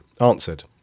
answered